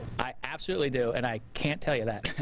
i absolutely do and i can't tell you that.